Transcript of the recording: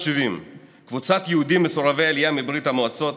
קבוצת יהודים מסורבי עלייה מברית המועצות